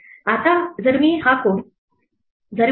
आता जर मी हा कोड python 3